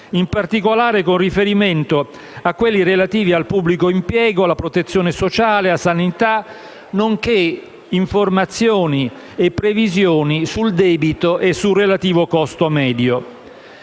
in particolare con riferimento a quelli relativi al pubblico impiego, alla protezione sociale, alla sanità, nonché informazioni e previsioni sul debito e sul relativo costo medio.